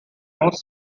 most